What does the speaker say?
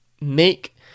make